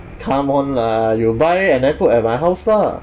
come on lah you buy and then put at my house lah